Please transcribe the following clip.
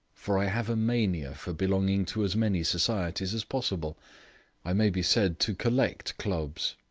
for i have a mania for belonging to as many societies as possible i may be said to collect clubs,